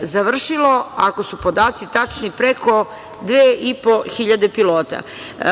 završilo, ako su podaci tačni, preko 2.500 pilota.